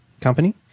company